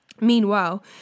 Meanwhile